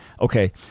Okay